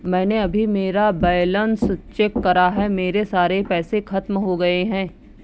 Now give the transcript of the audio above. मैंने अभी मेरा बैलन्स चेक करा है, मेरे सारे पैसे खत्म हो गए हैं